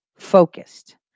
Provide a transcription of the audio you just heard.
focused